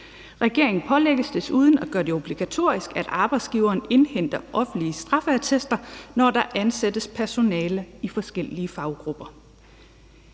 Regeringen pålægges desuden at gøre det obligatorisk, at arbejdsgiveren indhenter offentlige straffeattester, når der ansættes personale i forskellige faggrupper.